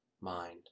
mind